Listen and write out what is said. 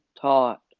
taught